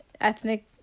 ethnic